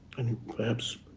and perhaps